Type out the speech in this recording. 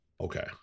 Okay